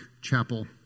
Chapel